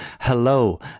Hello